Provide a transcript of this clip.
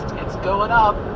it's going up!